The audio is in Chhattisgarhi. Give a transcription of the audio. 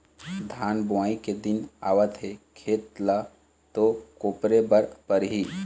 धान बोवई के दिन आवत हे खेत ल तो कोपरे बर परही